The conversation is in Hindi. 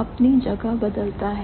अपनी जगह बदलता है